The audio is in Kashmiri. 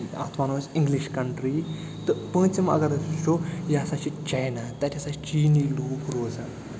اَتھ ونو أسۍ اِنٛگلِش کنٹرٛی تہٕ پٲنٛژِم اگر أسۍ وٕچھو یہِ ہسا چھِ چینا تَتہِ ہسا چھِ چیٖنی لُکھ روزان